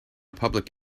public